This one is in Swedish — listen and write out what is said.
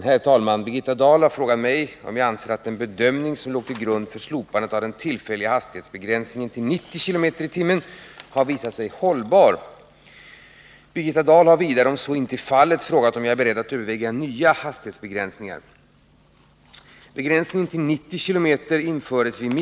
Herr talman! Birgitta Dahl har frågat mig om jag anser att den bedömning som låg till grund för slopandet av den tillfälliga hastighetsbegränsningen till 90 km i timmen har visat sig hållbar. Birgitta Dahl har vidare — om så inte är fallet — frågat om jag är beredd att överväga nya hastighetsbegränsningar.